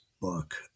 book